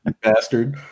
bastard